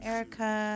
Erica